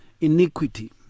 iniquity